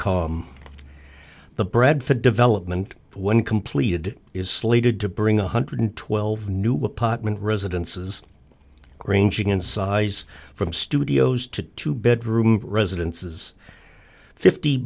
com the bradford development when completed is slated to bring one hundred twelve new apartment residences ranging in size from studios to two bedroom residences fifty